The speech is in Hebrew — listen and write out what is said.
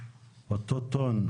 אותו טון,